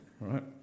right